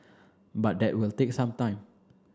but that will take some time